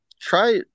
try